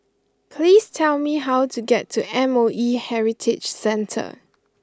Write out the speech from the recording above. please tell me how to get to M O E Heritage Centre